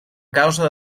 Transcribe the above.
causa